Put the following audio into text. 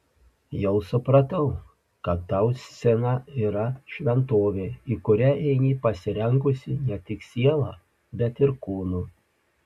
jau supratau kad tau scena yra šventovė į kurią eini pasirengusi ne tik siela bet ir kūnu